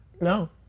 No